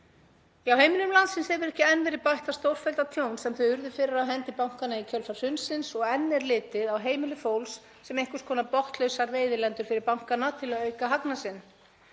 Heimilum landsins hefur ekki enn verið bætt það stórfellda tjón sem þau urðu fyrir af hendi bankanna í kjölfar hrunsins og enn er litið á heimili fólks sem einhvers konar botnlausar veiðilendur fyrir bankana til að auka hagnað sinn.